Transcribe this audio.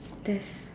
there's